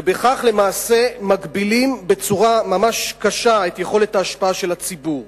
ובכך למעשה מגבילים בצורה ממש קשה את יכולת ההשפעה של הציבור.